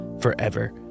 forever